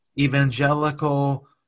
evangelical